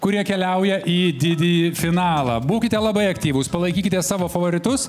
kurie keliauja į didįjį finalą būkite labai aktyvūs palaikykite savo favoritus